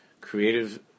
creative